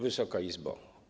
Wysoka Izbo!